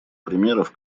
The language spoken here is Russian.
примеров